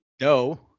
No